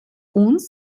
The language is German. uns